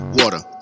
water